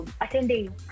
attending